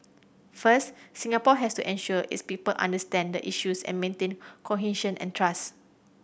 first Singapore has to ensure its people understand the issues and maintain cohesion and trust